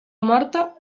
morta